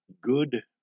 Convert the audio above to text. Good